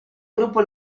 gruppo